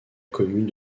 commune